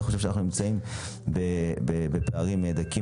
אני חושב שאנחנו נמצאים בפערים דקים